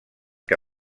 que